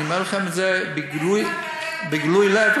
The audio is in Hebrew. אני אומר לכם בגילוי לב,